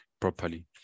properly